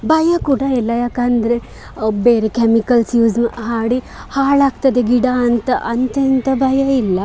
ಭಯ ಕೂಡ ಇಲ್ಲ ಯಾಕಂದರೆ ಬೇರೆ ಕೆಮಿಕಲ್ಸ್ ಯೂಸ್ ಮ್ ಹಾಡಿ ಹಾಳಾಗ್ತದೆ ಗಿಡ ಅಂತ ಅಂತ ಎಂಥ ಭಯ ಇಲ್ಲ